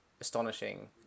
astonishing